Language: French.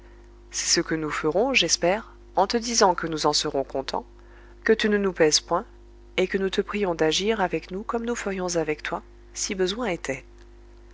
c'est ce que nous ferons j'espère en te disant que nous en serons contents que tu ne nous pèses point et que nous te prions d'agir avec nous comme nous ferions avec toi si besoin était